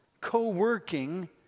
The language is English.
Co-working